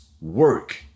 work